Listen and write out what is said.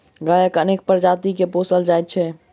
गायक अनेक प्रजाति के पोसल जाइत छै